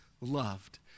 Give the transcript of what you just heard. loved